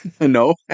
no